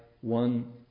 one